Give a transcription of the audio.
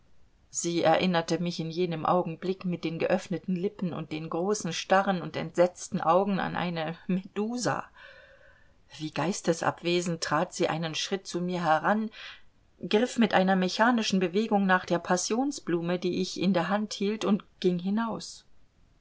sie erinnerte mich in jenem augenblick mit den geöffneten lippen und den großen starren und entsetzten augen an eine medusa wie geistesabwesend trat sie einen schritt zu mir heran griff mit einer mechanischen bewegung nach der passionsblume die ich in der hand hielt und ging hinaus